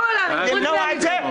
חוץ מהליכוד.